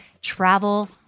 travel